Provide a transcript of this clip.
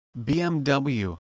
BMW